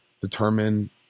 determine